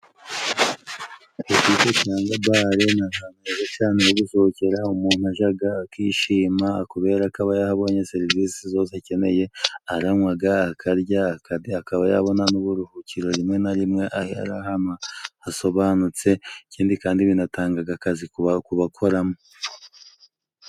Ikigo cyagwa bare ni ahantu heza hogusohokera umuntu ajaga akishima kuberako bayahabonye serivisi zose akeneye aranywaga akarya akaba yabona n'uburuhukiro rimwe na rimwe aba ari ahantu hasobanutse ikindi kandi binatangaga akazi kuba koramo